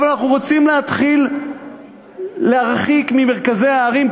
אבל אנחנו רוצים להתחיל להרחיק ממרכזי הערים,